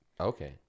okay